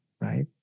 right